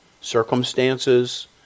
circumstances